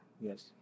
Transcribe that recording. Yes